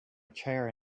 chair